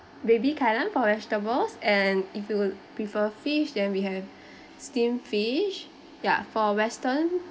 baby kai lan for vegetables and if you prefer fish then we have steamed fish ya for western